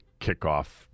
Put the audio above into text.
kickoff